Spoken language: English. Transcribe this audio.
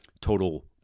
total